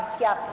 yeah,